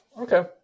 okay